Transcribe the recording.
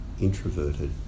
introverted